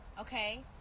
okay